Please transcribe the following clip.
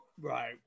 Right